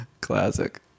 Classic